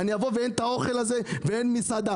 אבוא ואראה שאין שם אוכל ואין מסעדה.